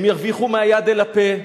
הם ירוויחו מהיד אל הפה.